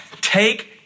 Take